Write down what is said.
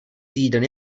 týden